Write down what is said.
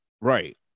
right